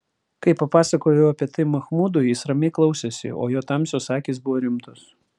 kai papasakojau apie tai machmudui jis ramiai klausėsi o jo tamsios akys buvo rimtos